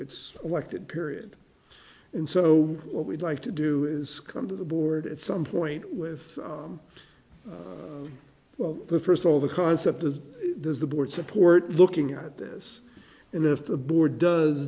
it's elected period and so what we'd like to do is come to the board at some point with well first of all the concept of does the board support looking at this and if the board do